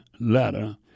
letter